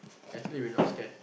actually we not scared